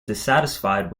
dissatisfied